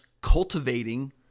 cultivating